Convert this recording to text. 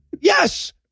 Yes